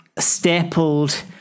stapled